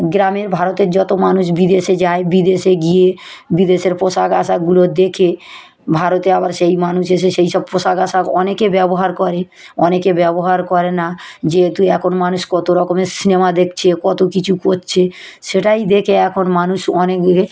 গ্রামের ভারতের যতো মানুষ বিদেশে যায় বিদেশে গিয়ে বিদেশের পোশাক আশাকগুলো দেখে ভারতে আবার সেই মানুষ এসে সেই সব পোশাক আশাক অনেকে ব্যবহার করে অনেকে ব্যবহার করে না যেহেতু এখন মানুষ কতো রকমের সিনেমা দেখছে কতো কিছু করছে সেটাই দেখে এখন মানুষ অনেক দূরে